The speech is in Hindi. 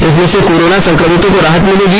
इससे कोरोना सं क्र मितों को राहत मिलेगी